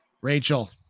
Rachel